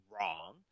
wrong